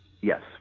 Yes